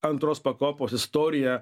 antros pakopos istorija